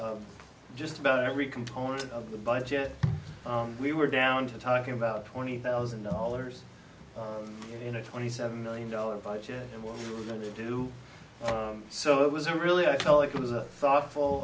of just about every component of the budget we were down to talking about twenty thousand dollars in a twenty seven million dollars budget and we're going to do so it was a really i felt like it was a thoughtful